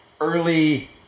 early